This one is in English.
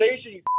station